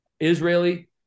Israeli